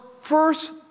first